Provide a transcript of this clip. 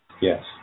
Yes